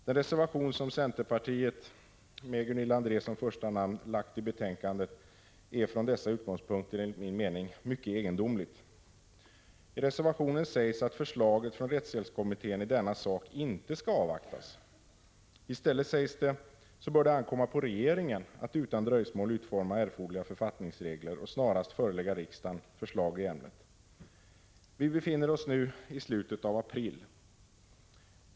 Den reservation som centerpartiet med Gunilla André som första namn lagt till betänkandet är från dessa utgångspunkter egendomlig. I reservationen sägs att förslaget från rättshjälpskommittén i denna sak inte skall avvaktas. I stället, sägs det, bör det ankomma på regeringen att utan dröjsmål utforma erforderliga författningsregler och snarast förelägga riksdagen förslag i ämnet. Vi befinner oss nu i slutet av april.